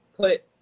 put